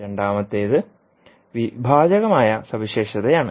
രണ്ടാമത്തേത് വിഭാജകമായ സവിശേഷത ആണ്